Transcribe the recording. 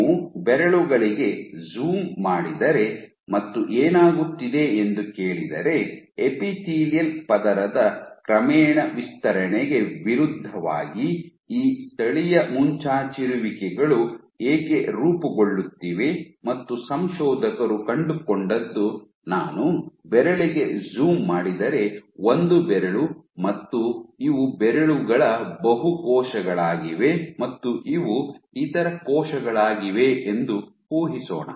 ನೀವು ಬೆರಳುಗಳಿಗೆ ಜೂಮ್ ಮಾಡಿದರೆ ಮತ್ತು ಏನಾಗುತ್ತಿದೆ ಎಂದು ಕೇಳಿದರೆ ಎಪಿಥೇಲಿಯಲ್ ಪದರದ ಕ್ರಮೇಣ ವಿಸ್ತರಣೆಗೆ ವಿರುದ್ಧವಾಗಿ ಈ ಸ್ಥಳೀಯ ಮುಂಚಾಚಿರುವಿಕೆಗಳು ಏಕೆ ರೂಪುಗೊಳ್ಳುತ್ತಿವೆ ಮತ್ತು ಸಂಶೋಧಕರು ಕಂಡುಕೊಂಡದ್ದು ನಾನು ಬೆರಳಿಗೆ ಜೂಮ್ ಮಾಡಿದರೆ ಒಂದು ಬೆರಳು ಮತ್ತು ಇವು ಬೆರಳುಗಳ ಬಹು ಕೋಶಗಳಾಗಿವೆ ಮತ್ತು ಇವು ಇತರ ಕೋಶಗಳಾಗಿವೆ ಎಂದು ಊಹಿಸೋಣ